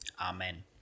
Amen